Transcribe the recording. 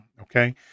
Okay